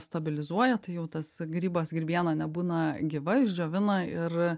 stabilizuoja tai jau tas grybas grybiena nebūna gyva išdžiovina ir